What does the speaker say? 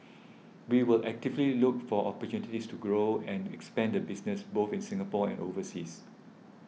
we will actively look for opportunities to grow and expand the business both in Singapore and overseas